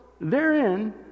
therein